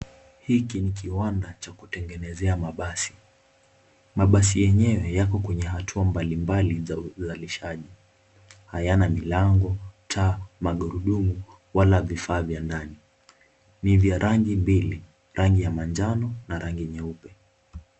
Hiki ni kiwanda cha kutengenezea mabasi, mabasi yenyewe yako kwenye hatua mbalimbali za uzalishaji. Hayana mlango, taa, magurudumu wala vifaa vya ndani. Ni vya rangi mbili, rangi ya manjano na rangi nyeupe.